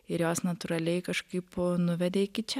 ir jos natūraliai kažkaip nuvedė iki čia